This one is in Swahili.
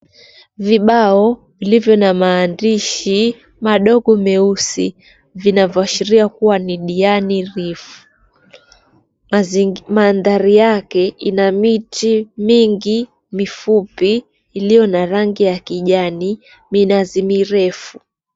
Vibao vilivyo na maandishi madogo meusi, vinavyoashiria kuwa ni Diani Reef, manthari yake inamiti mingi mifupi iliyo na rangi ya kijani, minazi mirefu.